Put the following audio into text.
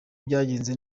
byagenze